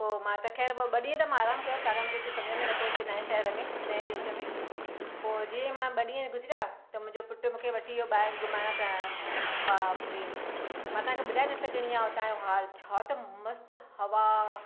पोइ मां त ख़ैर मां ॿ ॿ ॾींहं त मां आराम कयो चागे मूंखे कुझु सम्झ में न पियो अचे नए शहर में नए देश में पोइ जीअं ई मां ॿ ॾींअं गुज़रिया त मुंहिंजो पुटु मूंखे वठी वियो ॿाहेर घुमाइण फिराइण बाप रे मां तव्हांखे ॿुधाए न सघंदी आहियां हुतांजो हाल छा त मस्तु हवा